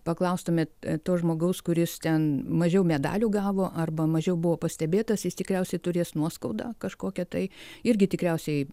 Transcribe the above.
paklaustumėt to žmogaus kuris ten mažiau medalių gavo arba mažiau buvo pastebėtas jis tikriausiai turės nuoskaudą kažkokią tai irgi tikriausiai